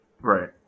Right